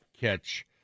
catch